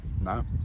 No